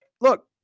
look